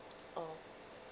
orh